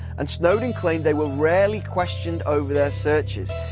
and snowden claimed they were rarely questioned over their searches.